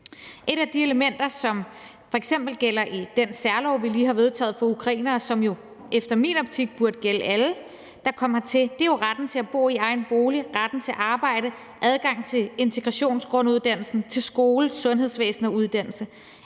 af de elementer, som f.eks. gælder i den særlov, vi lige har vedtaget, for ukrainere, og som i min optik burde gælde alle, der kommer hertil, er jo retten til at bo i egen bolig, retten til arbejde, adgang til integrationsgrunduddannelsen, til skole, sundhedsvæsen og uddannelse